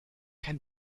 kein